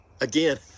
Again